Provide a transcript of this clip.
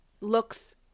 looks